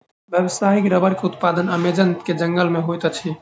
व्यावसायिक रबड़ के उत्पादन अमेज़न के जंगल में होइत अछि